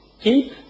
keep